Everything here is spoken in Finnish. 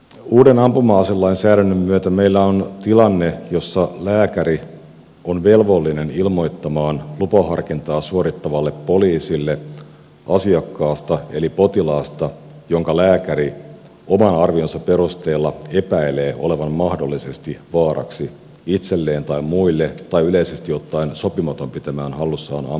uuden ampuma aselainsäädännön myötä meillä on tilanne jossa lääkäri on velvollinen ilmoittamaan lupaharkintaa suorittavalle poliisille asiakkaasta eli potilaasta jonka lääkäri oman arvionsa perusteella epäilee olevan mahdollisesti vaaraksi itselleen tai muille tai yleisesti ottaen sopimaton pitämään hallussaan ampuma aseita